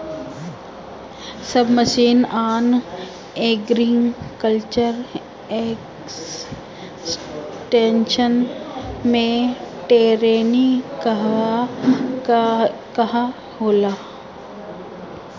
सब mission on agriculture extension मै टेरेनीं कहवा कहा होला?